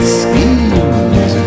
schemes